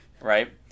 Right